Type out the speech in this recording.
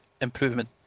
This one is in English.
improvement